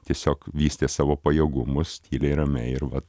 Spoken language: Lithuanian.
tiesiog vystė savo pajėgumus tyliai ramiai ir vat